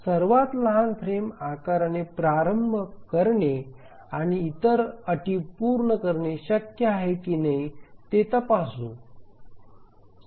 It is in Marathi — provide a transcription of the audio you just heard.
सर्वात लहान फ्रेम आकाराने प्रारंभ करणे आणि इतर अटी पूर्ण करणे शक्य आहे की नाही ते तपासू या